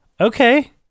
Okay